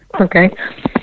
Okay